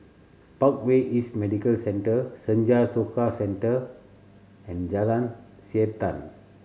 Parkway East Medical Centre Senja Soka Centre and Jalan Siantan